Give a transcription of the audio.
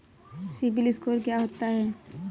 CIBIL score क्या होता है?